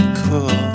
cool